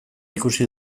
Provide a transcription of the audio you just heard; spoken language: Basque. ikusi